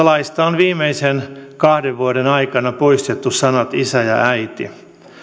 laista on viimeisten kahden vuoden aikana poistettu sanat isä ja ja äiti